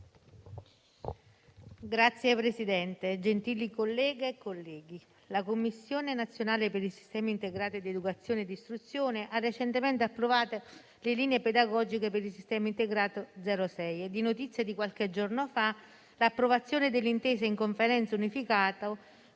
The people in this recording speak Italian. Signor Presidente, gentili colleghe e colleghi, la Commissione nazionale per il sistema integrato di educazione e di istruzione ha recentemente approvato le linee pedagogiche per il sistema integrato 0-6 ed è notizia di qualche giorno fa l'approvazione dell'intesa in Conferenza unificata